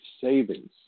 savings